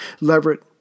Leverett